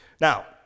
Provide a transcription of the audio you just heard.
Now